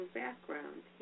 background